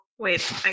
Wait